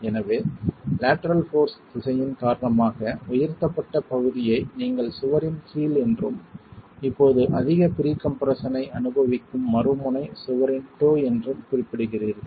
எனவே lateral force திசையின் காரணமாக உயர்த்தப்பட்ட பகுதியை நீங்கள் சுவரின் ஹீல் என்றும் இப்போது அதிக ப்ரீ கம்ப்ரெஸ்ஸன் ஐ அனுபவிக்கும் மறுமுனை சுவரின் டோ என்றும் குறிப்பிடுகிறீர்கள்